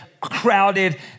crowded